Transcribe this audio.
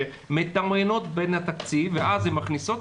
שמתמרנות בין התקציב ואז הן מכניסות,